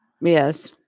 yes